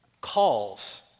calls